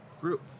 group